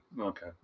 okay